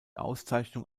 auszeichnung